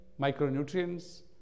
micronutrients